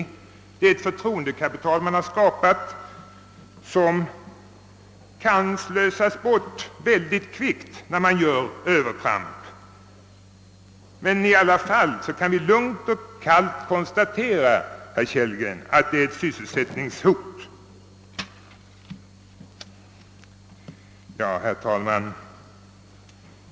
De har skapat ett förtroendekapital som snabbt kan slösas bort på grund av övertramp. I varje fall kan vi konstatera, herr Kellgren, att det utgör ett sysselsättningshot. Herr talman!